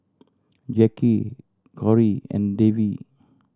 Jacki Cori and Davie